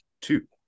two